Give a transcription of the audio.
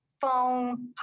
phone